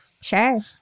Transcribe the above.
Sure